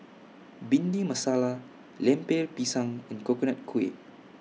Bhindi Masala Lemper Pisang and Coconut Kuih